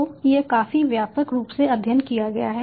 तो यह काफी व्यापक रूप से अध्ययन किया गया है